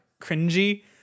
cringy